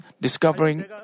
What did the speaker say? discovering